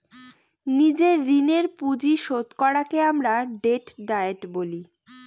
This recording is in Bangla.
নিজের ঋণের পুঁজি শোধ করাকে আমরা ডেট ডায়েট বলি